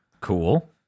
Cool